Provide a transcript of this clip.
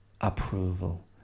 approval